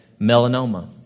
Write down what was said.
melanoma